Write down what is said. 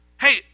Hey